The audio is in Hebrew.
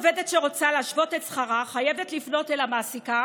עובדת שרוצה להשוות את שכרה חייבת לפנות אל מעסיקה